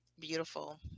Beautiful